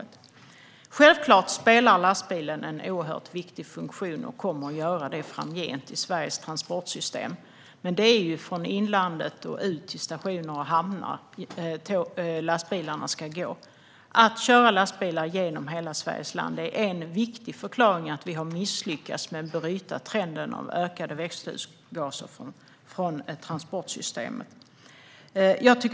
Självklart har lastbilen en oerhört viktig funktion och kommer framgent att ha det i Sveriges transportsystem. Men det är från inlandet och ut till stationer och hamnar som lastbilarna ska gå. Att man kör lastbilar genom hela Sverige är en viktig förklaring till att vi har misslyckats med att bryta trenden med ökade växthusgaser från transportsystemet.